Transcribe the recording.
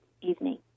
evening